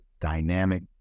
dynamic